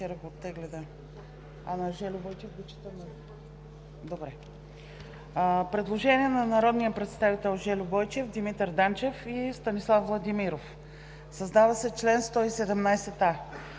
предложение на народните представители Жельо Бойчев, Димитър Данчев и Станислав Владимиров. Гласували 102